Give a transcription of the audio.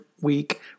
Week